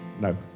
no